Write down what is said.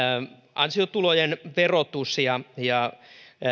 ansiotulojen verotus ja ja